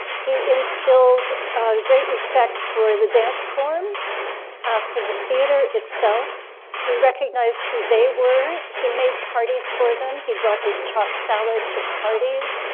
he instilled a great respect for the dance form for the theater itself he recognized who they were. he made parties for them, he brought his chopped salad to parties,